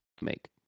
Make